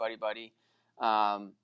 buddy-buddy